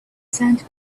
sand